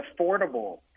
affordable